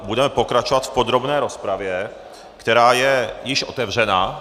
Budeme pokračovat v podrobné rozpravě, která je již otevřena.